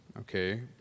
okay